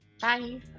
Bye